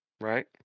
Right